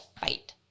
fight